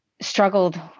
struggled